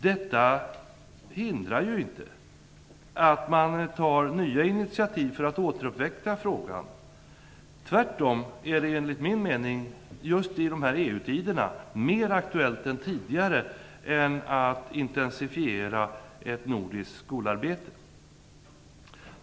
Detta hindrar inte att man tar nya initiativ för att återuppväcka frågan. Tvärtom är det enligt min mening just i dessa EU-tider mer aktuellt än tidigare att intensifiera ett nordiskt skolarbete.